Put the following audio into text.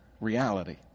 reality